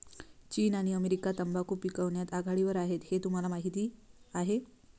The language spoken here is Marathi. चीन आणि अमेरिका तंबाखू पिकवण्यात आघाडीवर आहेत हे तुम्हाला माहीत आहे